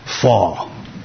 Fall